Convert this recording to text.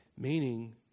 Meaning